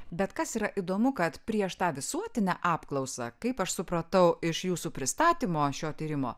bet kas yra įdomu kad prieš tą visuotinę apklausą kaip aš supratau iš jūsų pristatymo šio tyrimo